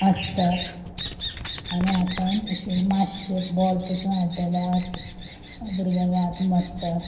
आसतात आनी आतां अेशें मातशे बॉल पसून आड्डोला भुरग्यांगे हात मोडटा